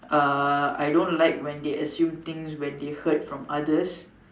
uh I don't like when they assume things when they heard from others